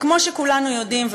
וכמו שכולנו יודעים,